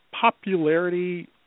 popularity